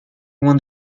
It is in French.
loin